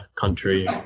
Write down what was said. country